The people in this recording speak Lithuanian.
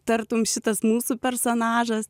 tartum šitas mūsų personažas